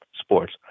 sports